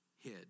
hid